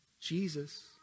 Jesus